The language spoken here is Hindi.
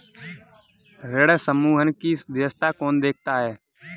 ऋण समूहन की व्यवस्था कौन देखता है?